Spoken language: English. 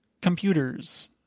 computers